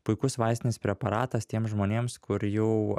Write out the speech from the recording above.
puikus vaistinis preparatas tiems žmonėms kur jau